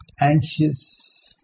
anxious